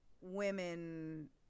women